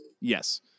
Yes